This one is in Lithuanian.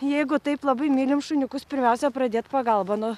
jeigu taip labai mylim šuniukus pirmiausia pradėt pagalbą nuo